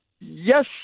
yes